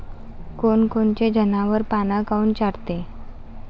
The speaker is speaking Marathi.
कोनकोनचे जनावरं पाना काऊन चोरते?